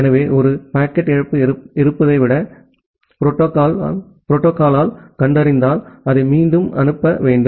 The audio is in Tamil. எனவே ஒரு பாக்கெட் இழப்பு இருப்பதை புரோட்டோகால் கண்டறிந்தால் அதை மீண்டும் அனுப்ப வேண்டும்